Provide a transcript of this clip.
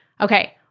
Okay